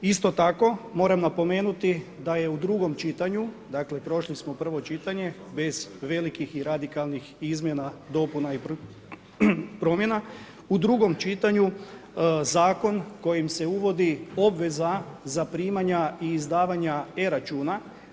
Isto tako moram napomenuti da je u drugom čitanju, dakle prošli smo drugo čitanje bez velikih i radikalnih izmjena, dopuna i promjena, u drugom čitanju zakon kojim se uvodi obveza zaprimanja i izdavanja e-računa.